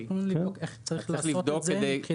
צריך לבדוק איך לעשות את זה.